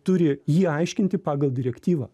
turi jį aiškinti pagal direktyvą